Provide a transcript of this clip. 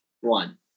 one